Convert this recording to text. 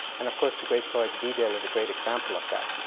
and of course the great poet, bidil is a great example of that.